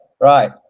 Right